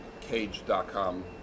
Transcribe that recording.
cage.com